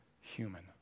human